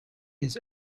his